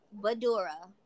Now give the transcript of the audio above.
Badura